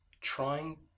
trying